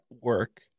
work